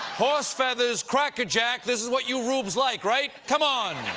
horsefeathers! crackerjack! this is what you rubes like, right? come on!